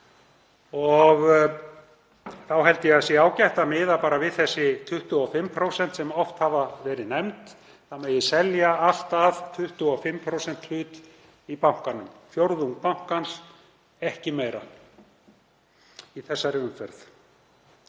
Þá held ég að ágætt sé að miða bara við þessi 25% sem oft hafa verið nefnd, það megi selja allt að 25% hlut í bankanum, fjórðung bankans, ekki meira í þessari umferð.